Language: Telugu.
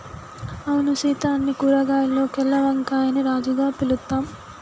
అవును సీత అన్ని కూరగాయాల్లోకెల్లా వంకాయని రాజుగా పిలుత్తాం